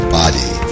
body